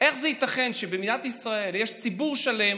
איך זה ייתכן שבמדינת ישראל יש ציבור שלם